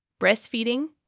breastfeeding